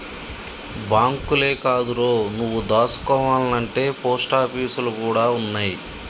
బాంకులే కాదురో, నువ్వు దాసుకోవాల్నంటే పోస్టాపీసులు గూడ ఉన్నయ్